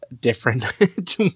different